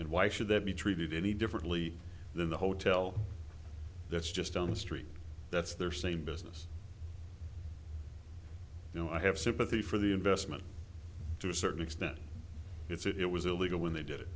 and why should that be treated any differently than the hotel that's just on the street that's their same business you know i have sympathy for the investment to a certain extent it's it was illegal when they did it